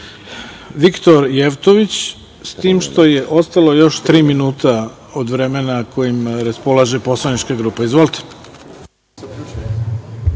Viktor Jevtović, s tim što je ostalo još tri minuta od vremena kojim raspolaže poslanička grupa. Izvolite.